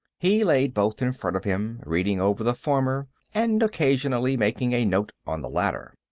he laid both in front of him, reading over the former and occasionally making a note on the latter.